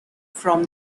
from